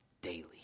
daily